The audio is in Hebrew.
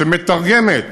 שמתרגמת